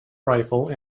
rifle